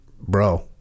bro